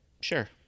Sure